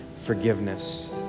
forgiveness